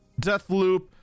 Deathloop